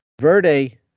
Verde